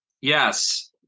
Yes